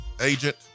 agent